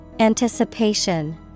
Anticipation